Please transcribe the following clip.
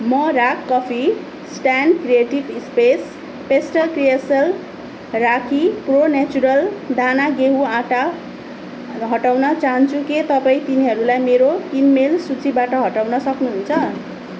म Rage coffee instant creative space pastel crystal राखी र प्रो नेचर दाना गहुँको आटा हटाउन चाहन्छु के तपाईँ तिनीहरूलाई मेरो किनमेल सूचीबाट हटाउन सक्नुहुन्छ